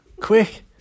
Quick